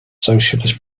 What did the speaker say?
socialist